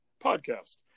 podcast